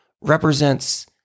represents